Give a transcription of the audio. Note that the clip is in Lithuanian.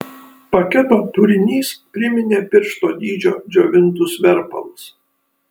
paketo turinys priminė piršto dydžio džiovintus verpalus